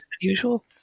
usual